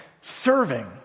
serving